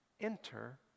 enter